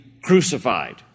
crucified